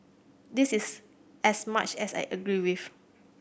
this is as much as I agree with